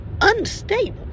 unstable